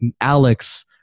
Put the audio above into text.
Alex